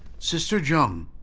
sister zheng,